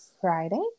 Friday